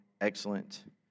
excellent